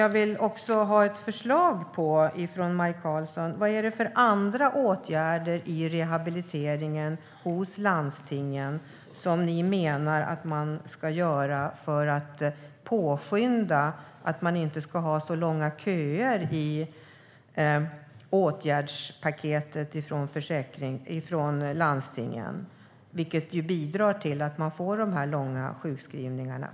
Jag vill ha ett förslag på vilka andra åtgärder i rehabiliteringen ni menar att man ska vidta för att påskynda, för att det inte ska vara så långa köer i åtgärdspaketet från landstingen. Köerna bidrar till de långa sjukskrivningarna.